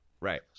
Right